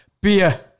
beer